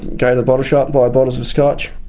go to the bottle shop, buy bottles of scotch,